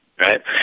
right